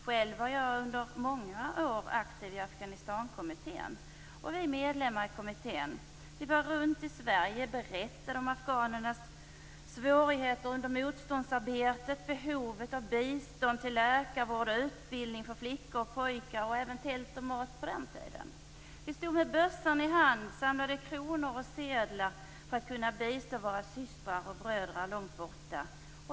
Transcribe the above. Själv var jag under många år aktiv i Afghanistankommittén. Vi medlemmar i kommittén åkte runt i Sverige och berättade om afghanernas svårigheter under motståndsarbetet, behoven av bistånd till läkarvård, utbildning för flickor och pojkar och även tält och mat på den tiden. Vi stod med bössan i handen och samlade kronor och sedlar för att kunna bistå våra systrar och bröder långt borta.